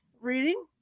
reading